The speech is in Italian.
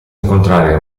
incontrare